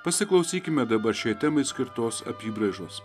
pasiklausykime dabar šiai temai skirtos apybraižos